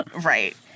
right